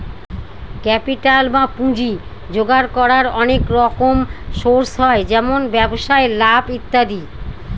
capital বা পুঁজি জোগাড় করার অনেক রকম সোর্স হয় যেমন ব্যবসায় লাভ ইত্যাদি